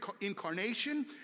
incarnation